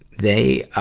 they, ah,